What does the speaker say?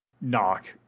knock